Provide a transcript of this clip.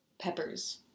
peppers